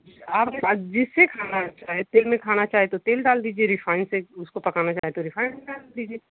आप जिसमें खाना चाहें तेल में खाना चाहें तो तेल डाल दीजिए रिफाइन में उसको पकाना चाहें तो उसमें रीफाइन डाल दीजिए